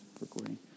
recording